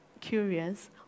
curious